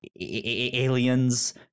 aliens